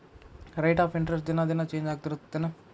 rate of interest ದಿನಾ ದಿನಾ change ಆಗ್ತಿರತ್ತೆನ್